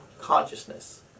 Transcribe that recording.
consciousness